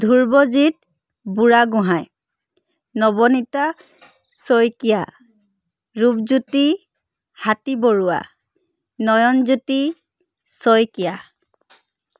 Dhrubajit Burhagohain Nabanita Saikia Rupjyoti Hatibaruah Nayanjyoti Saikia